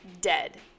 dead